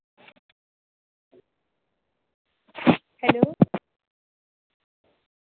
hello